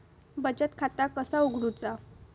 बचत खाता कसा उघडूचा?